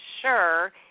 sure